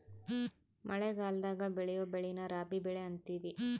ಮಳಗಲದಾಗ ಬೆಳಿಯೊ ಬೆಳೆನ ರಾಬಿ ಬೆಳೆ ಅಂತಿವಿ